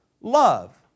love